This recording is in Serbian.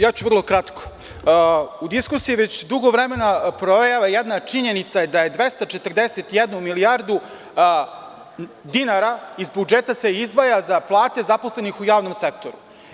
Ja ću vrlo kratko, u diskusiji već dugo vremena provejava jedna činjenica da je 241 milijardu dinara iz budžeta, da se izdvaja za plate zaposlenih u javnom sektoru.